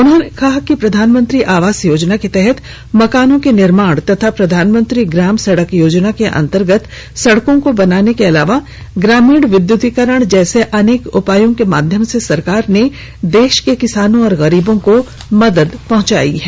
उन्होंने कहा कि प्रधानमंत्री आवास योजना के तहत मकानों के निर्माण तथा प्रधानमंत्री ग्राम सडक योजना के अन्तर्गत सडकों को बनाने के अलावा ग्रामीण विद्युतिकरण जैसे अनेक उपायों के माध्यम से सरकार ने देश के किसानों और गरीबों को मदद पहुंचाई है